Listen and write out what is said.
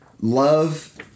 Love